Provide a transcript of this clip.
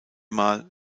mal